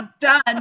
done